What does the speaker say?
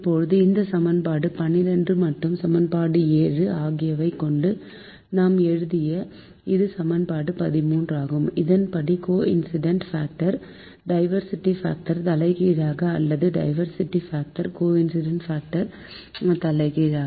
இப்போது இந்த சமன்பாடு 12 மற்றும் சமன்பாடு 7 ஆகியவை கொண்டு நாம் எழுதிய இது சமன்பாடு 13 ஆகும் இதன்படி கோஇன்சிடென்ட் பாக்டர் டைவர்ஸிட்டி பாக்டரின் தலைகீழ் அல்லது டைவர்ஸிட்டி பாக்டர் கோஇன்சிடென்ட் பாக்டரின் தலைகீழ்